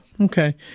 Okay